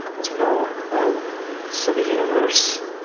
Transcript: as you know, and so the universe,